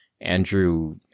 Andrew